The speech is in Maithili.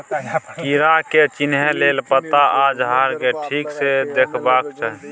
कीड़ा के चिन्हे लेल पात आ झाड़ केँ ठीक सँ देखबाक चाहीं